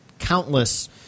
countless